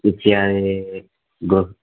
इत्यादि गो